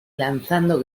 lanzando